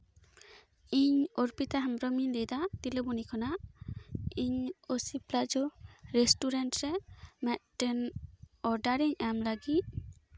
ᱤᱧ ᱚᱨᱯᱤᱛᱟ ᱦᱮᱢᱵᱨᱚᱢ ᱤᱧ ᱞᱟᱹᱭᱫᱟ ᱛᱤᱞᱟᱹᱵᱚᱱᱤ ᱠᱷᱚᱱᱟᱜ ᱤᱧ ᱳᱥᱤ ᱯᱞᱟᱡᱚ ᱨᱮᱥᱴᱩᱨᱮᱱᱴ ᱨᱮ ᱢᱤᱫᱴᱮᱱ ᱚᱰᱟᱨ ᱤᱧ ᱮᱢ ᱞᱟᱹᱜᱤᱫ